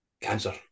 cancer